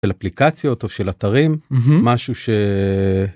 של אפליקציות או של אתרים, משהו ש...